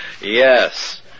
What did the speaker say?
Yes